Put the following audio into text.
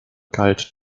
galt